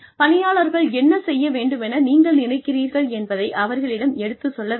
பணியாளர்கள் என்ன செய்ய வேண்டுமென நீங்கள் நினைக்கிறீர்கள் என்பதை அவர்களிடம் எடுத்துச் சொல்ல வேண்டும்